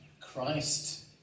Christ